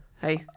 hey